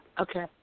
Okay